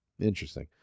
Interesting